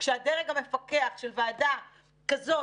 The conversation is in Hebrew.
כשהדרג המפקח של ועדה כזאת,